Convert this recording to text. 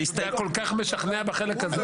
זה היה כל כך משכנע בחלק הזה.